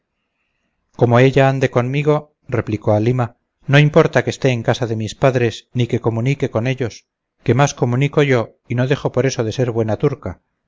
como ella ande conmigo replicó halima no importa que esté en casa de mis padres ni que comunique con ellos que más comunico yo y no dejo por eso de ser buena turca